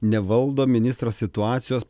nevaldo ministras situacijos